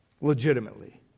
legitimately